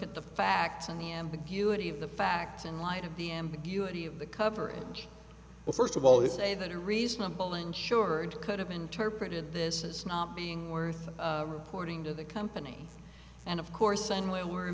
at the facts and the ambiguity of the facts in light of the ambiguity of the coverage well first of all they say that a reasonable insured could have interpreted this as not being worth reporting to the company and of course only were